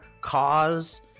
cause